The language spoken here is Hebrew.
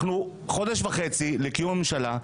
אנחנו חודש וחצי לקיום הממשלה,